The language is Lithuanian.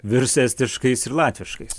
virs estiškais ir latviškais